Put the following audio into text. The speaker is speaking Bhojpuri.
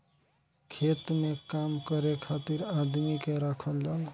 खेत में काम करे खातिर आदमी के राखल जाला